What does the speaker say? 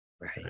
Right